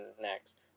next